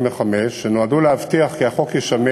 25), התשע"ג 2013,